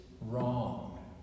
wrong